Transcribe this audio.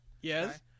Yes